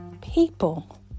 people